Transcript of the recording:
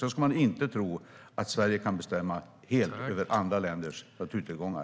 Sedan ska vi inte tro att Sverige helt kan bestämma över andra länders naturtillgångar.